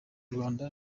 rwanda